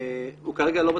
הוא כרגע לא בתפקיד.